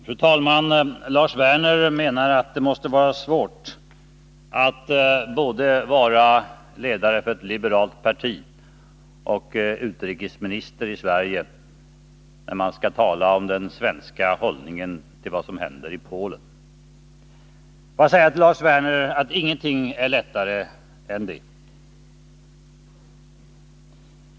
Fru talman! Lars Werner menar att det måste vara svårt att vara både ledare för ett liberalt parti och utrikesminister i Sverige och företräda den svenska hållningen till vad som händer i Polen. Får jag säga till Lars Werner att ingenting är lättare än det.